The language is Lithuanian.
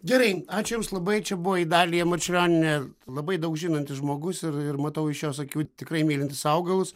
gerai ačiū jums labai čia buvo idalija marčiulionienė labai daug žinantis žmogus ir ir matau iš jos akių tikrai mylintis augalus